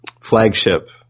flagship